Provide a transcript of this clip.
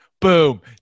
boom